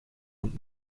und